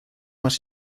más